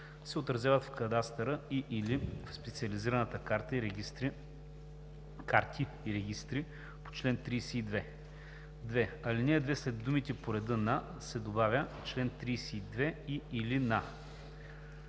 се отразяват в кадастъра и/или в специализираните карти и регистри по чл. 32.“ 2. В ал. 2 след думите „по реда на“ се добавя „чл. 32 и/или на“.